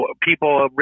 people